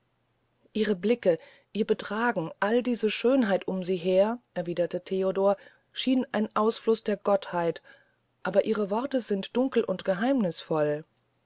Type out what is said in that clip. ihre blicke ihr betragen alle diese schönheit um sie her erwiederte theodor scheinen ein ausfluß der gottheit aber ihre worte sind dunkel und geheimnißvoll